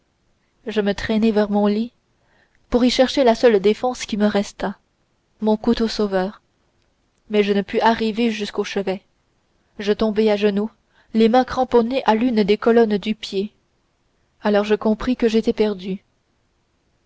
je me traînai vers mon lit pour y chercher la seule défense qui me restât mon couteau sauveur mais je ne pus arriver jusqu'au chevet je tombai à genoux les mains cramponnées à l'une des colonnes du pied alors je compris que j'étais perdue